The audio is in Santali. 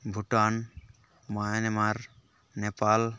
ᱵᱷᱴᱟᱱ ᱢᱟᱭᱟᱱᱢᱟᱨ ᱱᱮᱯᱟᱞ